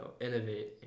innovate